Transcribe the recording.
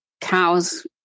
cows